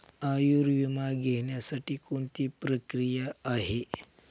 आयुर्विमा घेण्यासाठी कोणती प्रक्रिया आहे?